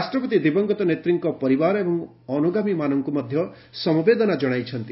ରାଷ୍ଟ୍ରପତି ଦିବଂଗତ ନେତ୍ରୀଙ୍କ ପରିବାର ଏବଂ ଅନୁଗାମୀମାନଙ୍କୁ ମଧ୍ୟ ସମବେଦନା କଣାଇଛନ୍ତି